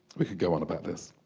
we could go on about this